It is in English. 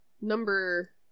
Number